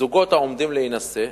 זוגות העומדים להינשא,